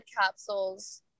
capsules